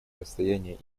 расстояние